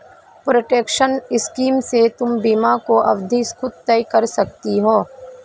protection scheme से तुम बीमा की अवधि खुद तय कर सकती हो